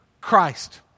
Christ